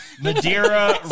Madeira